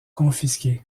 confisqués